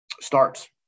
starts